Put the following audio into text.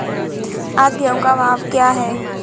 आज गेहूँ का भाव क्या है?